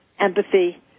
empathy